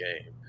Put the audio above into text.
game